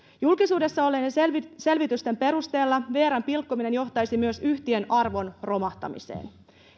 julkisuudessa olleiden selvitysten selvitysten perusteella vrn pilkkominen johtaisi myös yhtiön arvon romahtamiseen